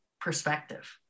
perspective